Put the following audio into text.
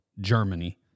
Germany